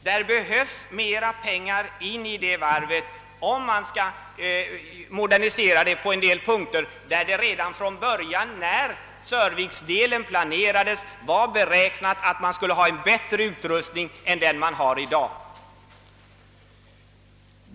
Det behövs mera pengar in i detta varv, om man skall modernisera det på en del punkter, där det redan från början, när Sörviks-delen planerades, var beräknat för en bättre utrustning än man i dag har.